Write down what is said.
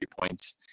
points